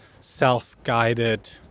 self-guided